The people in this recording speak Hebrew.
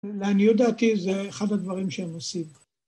לעניות דעתי זה אחד הדברים שהם עושים.